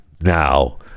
now